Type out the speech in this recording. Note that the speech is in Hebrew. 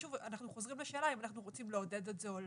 ושוב אנחנו חוזרים לשאלה אם אנחנו רוצים לעודד את זה או לא.